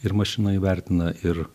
ir mašina įvertina ir